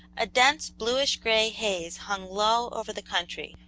a dense, bluish-gray haze hung low over the country,